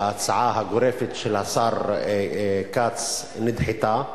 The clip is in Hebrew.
שההצעה הגורפת של השר כץ נדחתה,